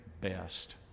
best